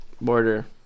border